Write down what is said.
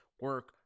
Work